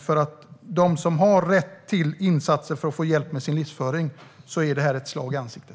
För dem som har rätt till insatser för att få hjälp med sin livsföring är detta ett slag i ansiktet.